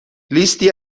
لیستی